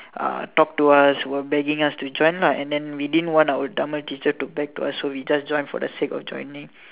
ah talked to us were begging us to join lah and then we didn't want our drama teacher to beg to us to we just join for the sake of joining